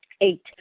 Eight